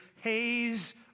haze